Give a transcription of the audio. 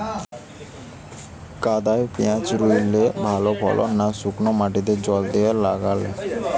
কাদায় পেঁয়াজ রুইলে ভালো ফলন না শুক্নো মাটিতে জল দিয়ে লাগালে?